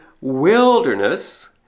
wilderness